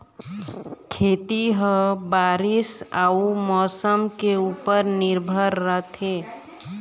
खेती ह बारीस अऊ मौसम के ऊपर निर्भर रथे